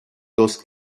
dos